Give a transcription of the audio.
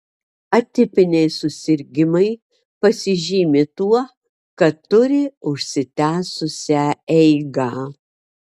atipiniai susirgimai pasižymi tuo kad turi užsitęsusią eigą